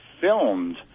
filmed